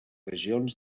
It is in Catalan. regions